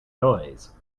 noise